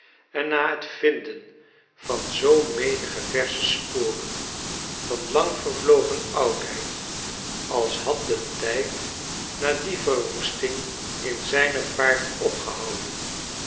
en na het vinden van zoo menige versche sporen van lang vervlogen oudheid als had de tijd na die verwoesting in zijne vaart opgehouden